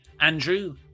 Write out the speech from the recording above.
Andrew